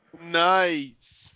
Nice